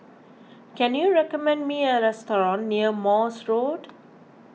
can you recommend me a restaurant near Morse Road